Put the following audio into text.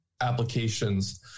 applications